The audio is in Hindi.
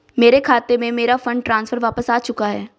मेरे खाते में, मेरा फंड ट्रांसफर वापस आ चुका है